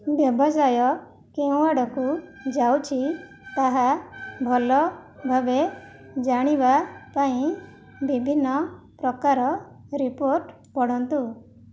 ବ୍ୟବସାୟ କେଉଁଆଡ଼କୁ ଯାଉଛି ତାହା ଭଲ ଭାବେ ଜାଣିବା ପାଇଁ ବିଭିନ୍ନ ପ୍ରକାର ରିପୋର୍ଟ ପଢ଼ନ୍ତୁ